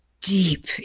deep